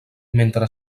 mentre